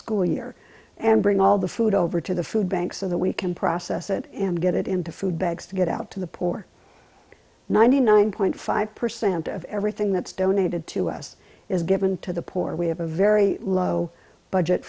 school year and bring all the food over to the food bank so that we can process it and get it into food bags to get out to the poor ninety nine point five percent of everything that's donated to us is given to the poor we have a very low budget